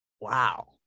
wow